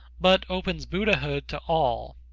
but opens buddhahood to all.